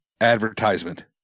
advertisement